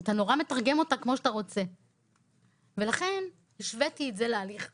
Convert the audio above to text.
אתה נורא מתרגם אותה כמו שאתה רוצה ולכן השוויתי את זה להליך הזה.